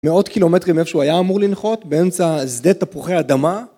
מאות קילומטרים איפשהו היה אמור לנחות באמצע שדה תפוחי אדמה.